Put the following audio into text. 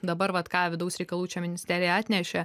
dabar vat ką vidaus reikalų čia ministerija atnešė